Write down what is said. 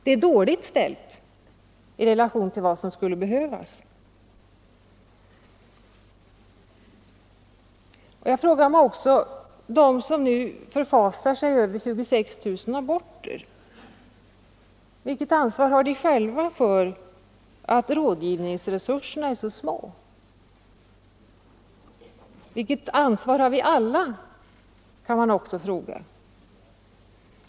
Det är dåligt ställt i relation till vad som skulle behövas. Jag frågar: De som nu förfasar sig över 26 000 aborter — vilket ansvar har de själva för att rådgivningsresurserna är så små? Vilket ansvar har vi alla? kan man också fråga.